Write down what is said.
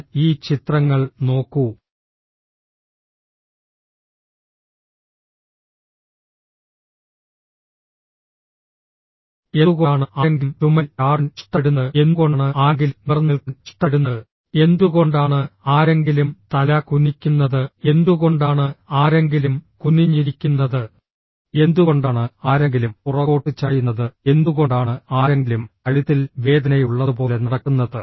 എന്നാൽ ഈ ചിത്രങ്ങൾ നോക്കൂ എന്തുകൊണ്ടാണ് ആരെങ്കിലും ചുമരിൽ ചാടാൻ ഇഷ്ടപ്പെടുന്നത് എന്തുകൊണ്ടാണ് ആരെങ്കിലും നിവർന്ന് നിൽക്കാൻ ഇഷ്ടപ്പെടുന്നത് എന്തുകൊണ്ടാണ് ആരെങ്കിലും തല കുനിക്കുന്നത് എന്തുകൊണ്ടാണ് ആരെങ്കിലും കുനിഞ്ഞിരിക്കുന്നത് എന്തുകൊണ്ടാണ് ആരെങ്കിലും പുറകോട്ട് ചായുന്നത് എന്തുകൊണ്ടാണ് ആരെങ്കിലും കഴുത്തിൽ വേദനയുള്ളതുപോലെ നടക്കുന്നത്